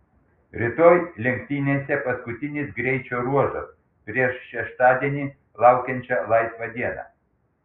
rytoj lenktynėse paskutinis greičio ruožas prieš šeštadienį laukiančią laisvą dieną